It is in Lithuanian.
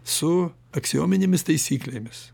su aksiominėmis taisyklėmis